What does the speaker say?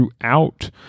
throughout